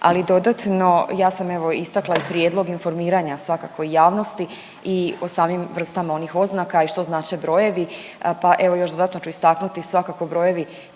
Ali dodatno ja sam evo istakla i prijedlog informiranja svakako javnosti i o samim vrstama onih oznaka i što znače brojevi, pa evo još dodatno ću istaknuti svakako brojevi